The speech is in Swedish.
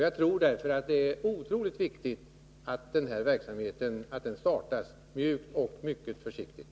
Jag tror därför att det är oerhört viktigt att denna verksamhet startas mjukt och mycket försiktigt.